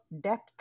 depth